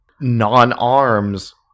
non-arms